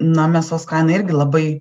na mėsos kaina irgi labai